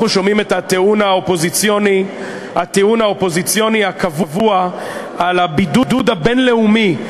אנחנו שומעים את הטיעון האופוזיציוני הקבוע על הבידוד הבין-לאומי.